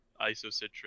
isocitrate